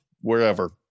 wherever